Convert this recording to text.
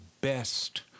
best